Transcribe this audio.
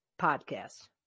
podcast